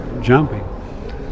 jumping